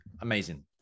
amazing